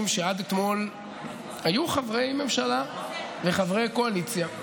שעד אתמול היו חברי ממשלה וחברי הקואליציה,